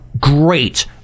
great